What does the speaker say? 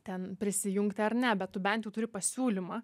ten prisijungti ar ne bet tu bent turi pasiūlymą